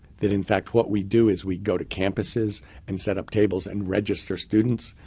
that in fact, what we do is we go to campuses and set up tables and register students,